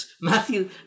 Matthew